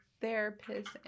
therapist